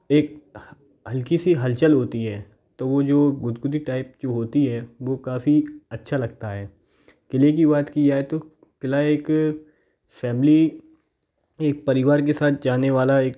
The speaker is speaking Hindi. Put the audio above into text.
एक हल्की सी हलचल होती है तो वो जो गुदगुदी टाइप की होती है वो काफ़ी अच्छा लगता है क़िले की बात की जाए तो क़िला एक फैमिली एक परिवार के साथ जाने वाला एक